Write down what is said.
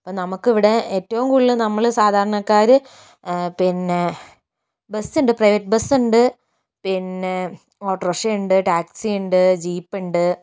ഇപ്പം നമുക്കിവിടെ ഏറ്റവും കൂടുതൽ നമ്മൾ സാധാരണക്കാർ പിന്നെ ബസ്സുണ്ട് പ്രൈവറ്റ് ബസ്സുണ്ട് പിന്നെ ഓട്ടോ റിക്ഷയുണ്ട് ടാക്സിയുണ്ട് ജീപ്പുണ്ട്